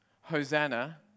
Hosanna